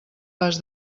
pas